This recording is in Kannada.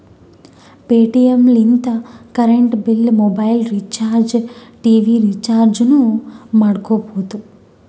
ಪೇಟಿಎಂ ಲಿಂತ current bill, mobile recharge, TV ರಿಚಾರ್ಜನೂ ಮಾಡ್ಕೋಬೋದು